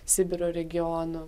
sibiro regiono